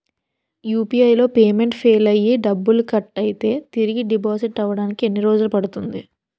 UPI లో payment fail అయ్యి డబ్బులు కట్ అయితే తిరిగి డిపాజిట్ అవ్వడానికి ఎన్ని రోజులు పడుతుంది?